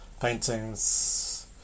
paintings